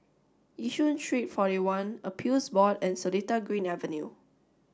Yishun Street forty one Appeals Board and Seletar Green Avenue